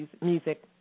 music